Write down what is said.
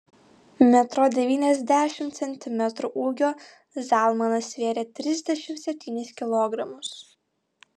metro devyniasdešimt centimetrų ūgio zalmanas svėrė trisdešimt septynis kilogramus